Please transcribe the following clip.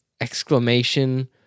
exclamation